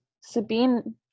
sabine